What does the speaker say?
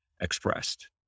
expressed